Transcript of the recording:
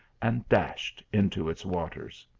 and dashed into its waters.